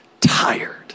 tired